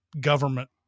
government